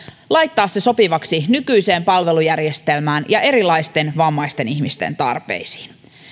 laittaa se sopivaksi nykyiseen palvelujärjestelmään ja erilaisten vammaisten ihmisten tarpeisiin